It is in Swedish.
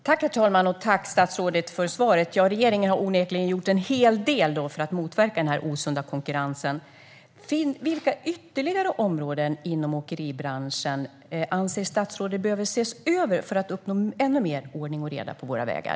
Herr talman! Tack, statsrådet, för svaret! Ja, regeringen har onekligen gjort en hel del för att motverka den osunda konkurrensen. Vilka ytterligare områden inom åkeribranschen anser statsrådet behöver ses över för att man ska uppnå ännu mer ordning och reda på våra vägar?